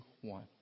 one